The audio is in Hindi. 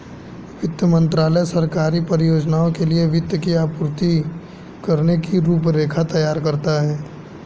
वित्त मंत्रालय सरकारी परियोजनाओं के लिए वित्त की आपूर्ति करने की रूपरेखा तैयार करता है